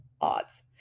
odds